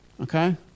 okay